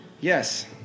Yes